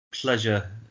pleasure